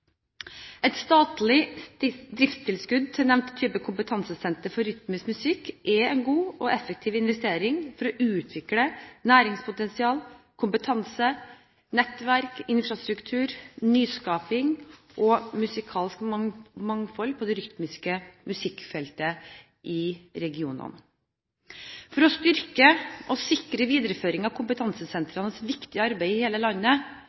Et statlig driftstilskudd til nevnte type kompetansesentre for rytmisk musikk er en god og effektiv investering for å utvikle næringspotensial, kompetanse, nettverk, infrastruktur, nyskaping og musikalsk mangfold på det rytmiske musikkfeltet i regionene. For å styrke og sikre videreføring av kompetansesentrenes viktige arbeid i hele landet